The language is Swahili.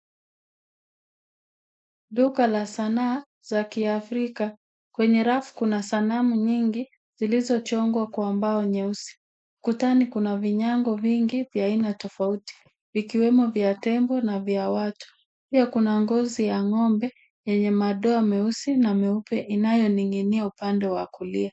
Duka la sanaa za kiafrika. Kwenye rafu kuna sanamu nyingi zilizochongwa kwa mbao nyeusi. Kutani kuna vinyango vingi vya aina tofauti, ikiwemo vya tembo na vya watu. Pia kuna ngozi ya ng'ombe yenye madoa meusi na meupe inayoning'inia upande wa kulia.